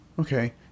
okay